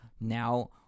now